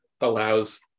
allows